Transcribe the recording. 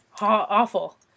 awful